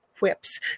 whips